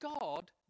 God